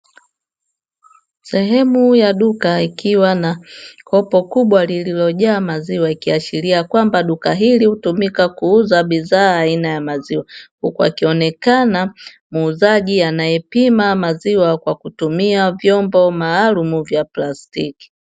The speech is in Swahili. Sehemu ya duka ikiwa na kopo kubwa lililojaa maziwa, ikiashiria kwamba duka hili hutumika kuuza bidhaa aina ya maziwa. Huku akionekana muuzaji anayepima maziwa kwa kutumia vyombo maalumu vya plastiki.